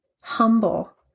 humble